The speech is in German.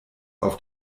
auf